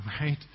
right